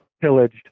pillaged